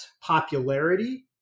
popularity